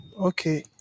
okay